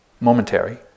Momentary